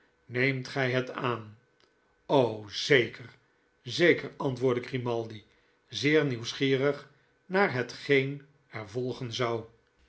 neemt gij het aan zeker zeker antwoordde grimaldi zeer nieuwsgierig naar hetgeen er volgen zou